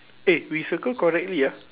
eh we circle correctly ah